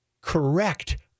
correct